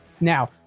now